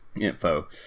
info